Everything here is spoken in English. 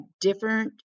different